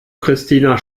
christina